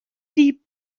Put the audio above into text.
deep